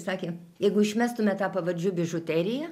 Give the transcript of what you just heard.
sakė jeigu išmestume tą pavardžių bižuteriją